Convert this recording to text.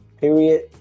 Period